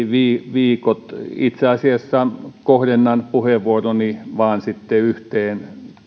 viikot itse asiassa kohdennan puheenvuoroni vain sitten yhteen